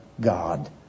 God